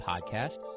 Podcast